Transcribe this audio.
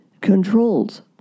controls